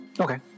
Okay